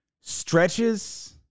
stretches